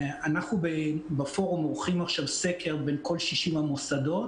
אנחנו בפורום עורכים עכשיו סקר בין כל 60 המוסדות,